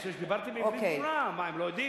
אני חושב שדיברתי בעברית ברורה, מה, הם לא יודעים?